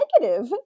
negative